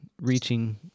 reaching